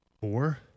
Four